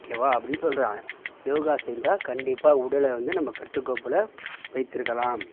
ஓகேவா அப்படினு சொல்கிறாங்க யோகா செய்தால் கண்டிப்பாக உடலை வந்து நம்ம கட்டுக்கோப்பில் வைத்திருக்கலாம்